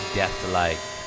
death-like